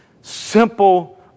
simple